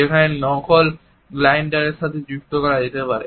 যেখানে নকল গ্রাইন্ডারের সাথে যুক্ত করা যেতে পারে